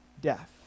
death